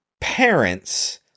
parents